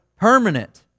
permanent